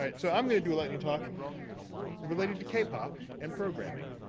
ah so i'm gonna do a lightning talk related to k-pop and programming.